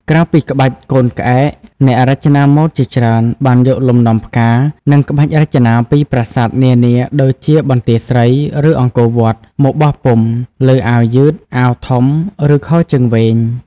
ក្រៅពីក្បាច់កូនក្អែក អ្នករចនាម៉ូដជាច្រើនបានយកលំនាំផ្កា និងក្បាច់រចនាពីប្រាសាទនានា ដូចជាបន្ទាយស្រី ឬអង្គរវត្ត មកបោះពុម្ព លើអាវយឺត អាវធំ ឬខោជើងវែង។